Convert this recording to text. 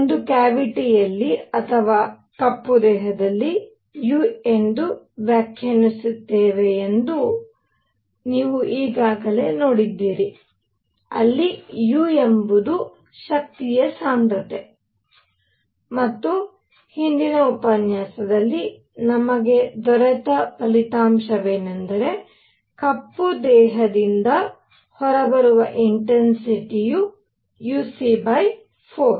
ಒಂದು ಕ್ಯಾವಿಟಿಯಲ್ಲಿ ಅಥವಾ ಕಪ್ಪು ದೇಹದಲ್ಲಿ U ಎಂದು ವ್ಯಾಖ್ಯಾನಿಸುತ್ತೇವೆ ಎಂದು ನೀವು ಈಗಾಗಲೇ ನೋಡಿದ್ದೀರಿ ಅಲ್ಲಿ U ಎಂಬುದು ಶಕ್ತಿಯ ಸಾಂದ್ರತೆ ಮತ್ತು ಹಿಂದಿನ ಉಪನ್ಯಾಸದಲ್ಲಿ ನಮಗೆ ದೊರೆತ ಫಲಿತಾಂಶವೆಂದರೆ ಕಪ್ಪು ದೇಹದಿಂದ ಹೊರಬರುವ ಇನ್ಟೆನ್ಸಿಟಿಯು uc 4